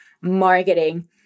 marketing